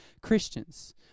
Christians